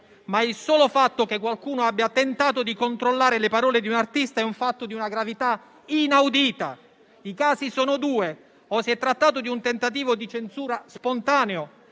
Il solo fatto però che qualcuno abbia tentato di controllare le parole di un artista è di una gravità inaudita. I casi sono due: o si è trattato di un tentativo di censura spontaneo